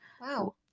Wow